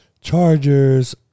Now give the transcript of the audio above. Chargers